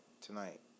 tonight